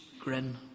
grin